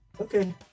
Okay